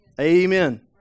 amen